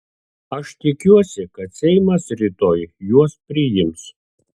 aš tikiuosi kad seimas rytoj juos priims